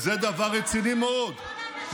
וזה דבר רציני מאוד,